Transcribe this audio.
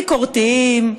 ביקורתיים,